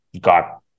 got